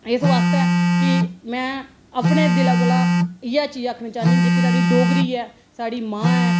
इस वास्ते कि में अपने दिले कोला इयै चीज आक्खनी चाहन्नी कि जेहकी साढ़ी डोगरी ऐ साढ़ी मां ऐ